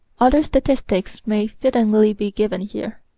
other statistics may fittingly be given here.